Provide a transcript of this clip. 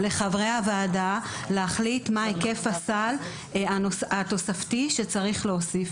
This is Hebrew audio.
לחברי הוועדה להחליט מה היקף הסל התוספתי שצריך להוסיף.